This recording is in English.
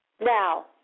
Now